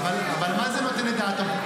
מה זה "נותן את דעתו"?